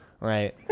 Right